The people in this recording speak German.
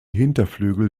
hinterflügel